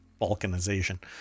balkanization